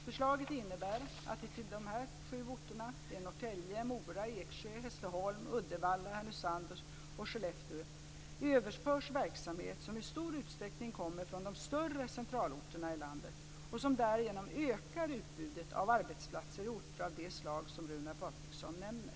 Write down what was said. Förslaget innebär att det till dessa sju orter - Norrtälje, Mora, Eksjö, Hässleholm, Uddevalla, Härnösand och Skellefteå - överförs verksamhet som i stor utsträckning kommer från de större centralorterna i landet och som därigenom ökar utbudet av arbetsplatser på orter av det slag som Runar Patriksson nämner.